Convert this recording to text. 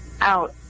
out